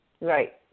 Right